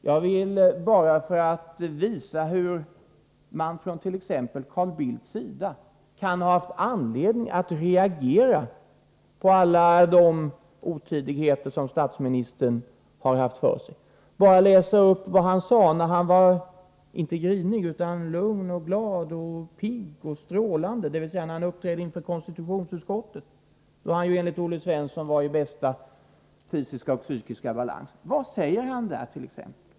Jag vill bara, för att visa hur t.ex. Carl Bildt haft anledning att reagera på alla statsministerns otydligheter, läsa upp vad den senare sade när han inte var grinig utan lugn, glad, pigg och strålande, dvs. när han uppträdde inför konstitutionsutskottet. Han var ju, enligt Olle Svensson, i bästa fysiska och psykiska balans. Vad sade han då?